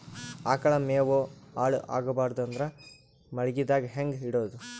ಆಕಳ ಮೆವೊ ಹಾಳ ಆಗಬಾರದು ಅಂದ್ರ ಮಳಿಗೆದಾಗ ಹೆಂಗ ಇಡೊದೊ?